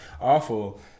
Awful